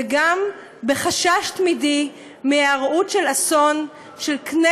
וגם מחשש תמידי מהיארעות של אסון בקנה